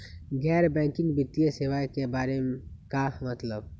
गैर बैंकिंग वित्तीय सेवाए के बारे का मतलब?